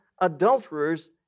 adulterers